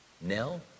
Nell